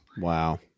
Wow